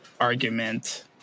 argument